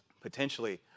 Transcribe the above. potentially